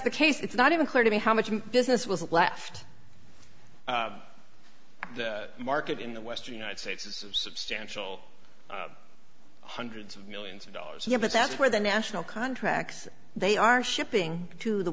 the case it's not even clear to me how much business was left market in the western united states is substantial hundreds of millions of dollars a year but that's where the national contracts they are shipping to the